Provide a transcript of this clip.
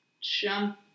jump